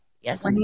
yes